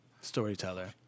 Storyteller